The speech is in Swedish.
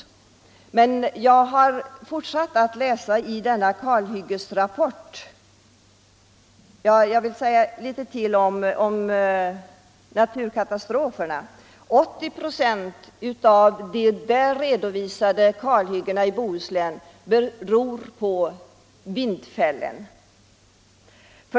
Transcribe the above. Av de redovisade kalhyggena i Bohuslän beror 80 procent på vindfällen.